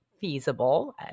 feasible